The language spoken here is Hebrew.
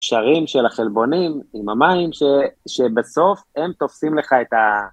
קשרים של החלבונים עם המים שבסוף הם תופסים לך את ה...